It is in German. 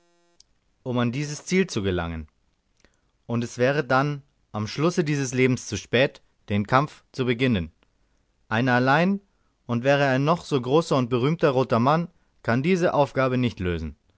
um an dieses ziel zu gelangen und es wäre dann am schlusse dieses lebens zu spät den kampf zu beginnen einer allein und wäre er ein noch so großer und berühmter roter mann kann diese aufgabe nicht lösen